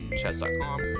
chess.com